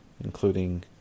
including